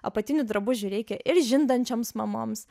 apatinių drabužių reikia ir žindančioms mamoms